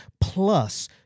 plus